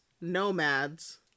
nomads